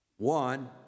One